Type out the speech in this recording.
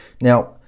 Now